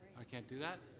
i can't do that?